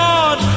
Lord